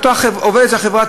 עובדת החברה,